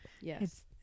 Yes